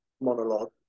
monologue